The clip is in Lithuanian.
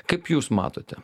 kaip jūs matote